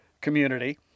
community